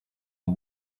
the